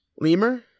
Lemur